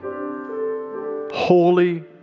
holy